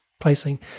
placing